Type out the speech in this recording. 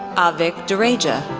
ah avik dureja,